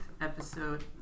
episode